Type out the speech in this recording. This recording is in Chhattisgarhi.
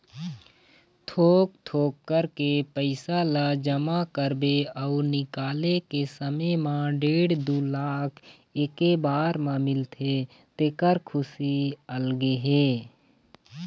थोक थोक करके पइसा ल जमा करबे अउ निकाले के समे म डेढ़ दू लाख एके बार म मिलथे तेखर खुसी अलगे हे